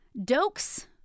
dokes